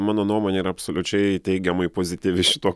mano nuomonė yra absoliučiai teigiamai pozityvi šituo